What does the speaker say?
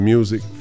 Music